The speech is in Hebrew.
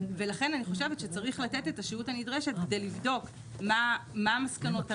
ולכן אני חושבת שצריך לתת את השהות הנדרשת כדי לבדוק מהן מסקנות ה-RIA,